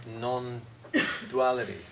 non-duality